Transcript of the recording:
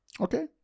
Okay